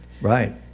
Right